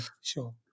sure